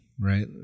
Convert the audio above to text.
Right